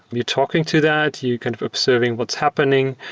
you're talking to that. you're kind of observing what's happening,